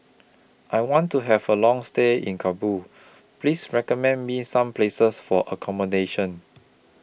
I want to Have A Long stay in Kabul Please recommend Me Some Places For accommodation